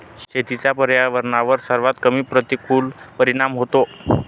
शेतीचा पर्यावरणावर सर्वात कमी प्रतिकूल परिणाम होतो